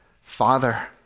Father